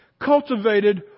cultivated